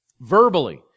verbally